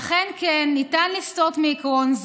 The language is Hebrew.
אכן כן, ניתן לסטות מעיקרון זה,